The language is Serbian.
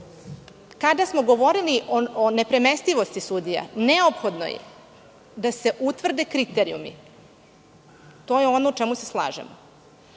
smo govorili o nepremestivosti sudija neophodno je da se utvrde kriterijumi. To je ono u čemu se slažemo.